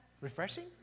refreshing